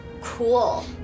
cool